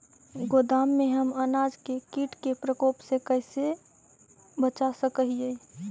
गोदाम में हम अनाज के किट के प्रकोप से कैसे बचा सक हिय?